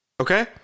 Okay